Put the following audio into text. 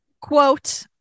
quote